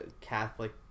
Catholic